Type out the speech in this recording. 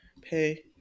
pay